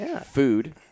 food